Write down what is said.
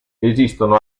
esistono